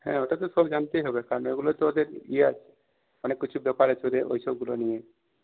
হ্যাঁ ওটা তো সব জানতেই হবে কারণ এগুলো তো ওদের ইয়ে আছে অনেক কিছু ব্যাপার আছে ওদের ওইসবগুলো নিয়ে